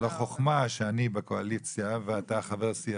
לא חוכמה שאני בקואליציה ואתה חבר סיעתי.